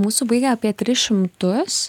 mūsų baigė apie tris šimtus